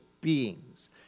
beings